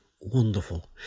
wonderful